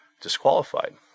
disqualified